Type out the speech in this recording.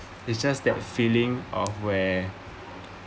it's just that feeling of where